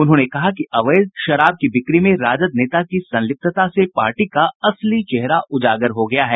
उन्होंने कहा कि अवैध शराब की बिक्री में राजद नेता की संलिप्तता से पार्टी का असली चेहरा उजागर हो गया है